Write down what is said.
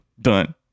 done